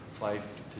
life